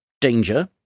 Danger